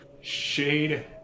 shade